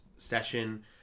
Session